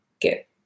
get